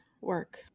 work